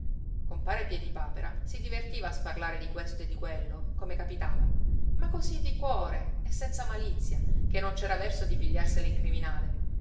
compare piedipapera si divertiva a sparlare di questo e di quello come capitava ma così di cuore e senza malizia che non c'era verso di pigliarsela in criminale